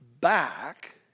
back